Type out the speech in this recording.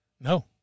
No